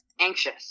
anxious